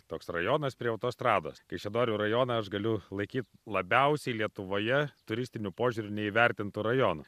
toks rajonas prie autostrados kaišiadorių rajoną aš galiu laikyt labiausiai lietuvoje turistiniu požiūriu neįvertintu rajonu